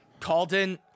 Calden